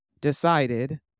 decided